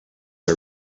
are